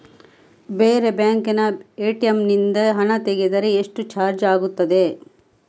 ಬೇರೆ ಬ್ಯಾಂಕಿನ ಎ.ಟಿ.ಎಂ ನಿಂದ ಹಣ ತೆಗೆದರೆ ಎಷ್ಟು ಚಾರ್ಜ್ ಆಗುತ್ತದೆ?